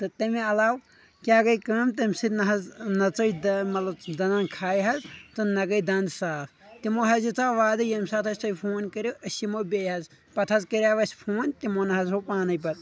تہٕ تمہِ علاوٕ کیٛاہ گٔیہِ کٲم تٔمہِ سۭتۍ نہ حظ نہ ژٔج مطلب دنٛدن کھاے حظ تہٕ نہ گٔیے دنٛد صاف تِمو حظ دتیوے وادٕ ییٚمہِ ساتہٕ اسہِ تُہۍ فون کٔرِو أسۍ یِمو بیٚیہِ حظ پتہٕ حظ کٔریاو اسہِ فون تِمو نہ حظ ہوٚو پانٕے پتہٕ